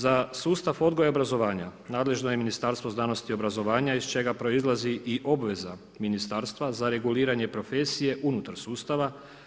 Za sustav odgoja i obrazovanja nadležno je Ministarstvo znanosti i obrazovanja iz čega proizlazi i obveza ministarstva za reguliranje profesije unutar sustava.